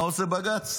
מה עושה בג"ץ?